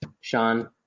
Sean